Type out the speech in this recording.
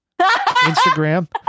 Instagram